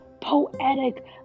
poetic